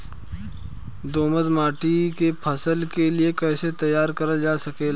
दोमट माटी के फसल के लिए कैसे तैयार करल जा सकेला?